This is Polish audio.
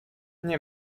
nie